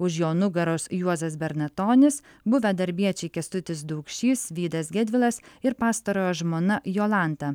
už jo nugaros juozas bernatonis buvę darbiečiai kęstutis daukšys vydas gedvilas ir pastarojo žmona jolanta